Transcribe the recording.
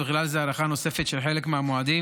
ובכלל זה דחייה נוספת של חלק מהמועדים,